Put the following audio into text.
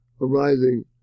arising